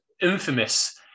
infamous